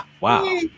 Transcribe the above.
Wow